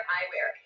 Eyewear